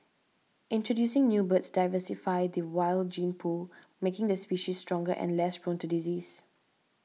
introducing new birds diversify the wild gene pool making the species stronger and less prone to disease